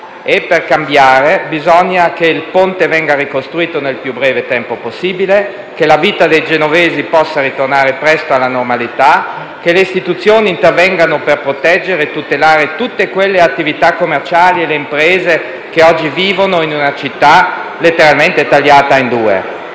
E per cambiare bisogna che il ponte venga ricostruito nel più breve tempo possibile, che la vita dei genovesi possa ritornare presto alla normalità, che le istituzioni intervengano per proteggere e tutelare tutte quelle attività commerciali e le imprese che oggi vivono in una città letteralmente tagliata in due.